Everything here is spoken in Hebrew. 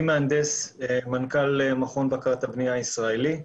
אני מהנדס ומנכ"ל מכון בקרת הבנייה הישראלי,